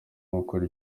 gukora